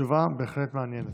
התשובה בהחלט מעניינת.